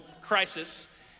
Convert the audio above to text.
crisis